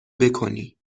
بکنی